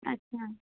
अच्छा